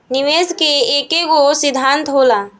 निवेश के एकेगो सिद्धान्त होला